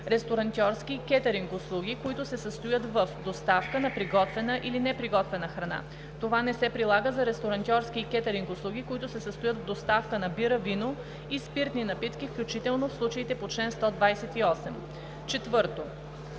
ресторантьорски и кетъринг услуги, които се състоят в доставка на приготвена или неприготвена храна; това не се прилага за ресторантьорски и кетъринг услуги, които се състоят в доставка на бира, вино и спиртни напитки, включително в случаите по чл. 128; 4.